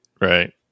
Right